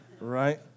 Right